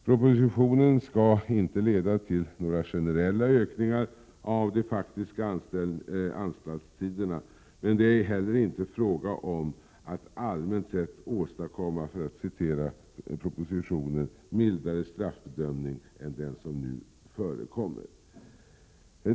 Propositionen skall inte leda till några generella ökningar av de faktiska anstaltstiderna. Men det är inte heller fråga om att allmänt sett åstadkomma, som det står i propositionen, ”mildare straffbedömning än den som nu förekommer”.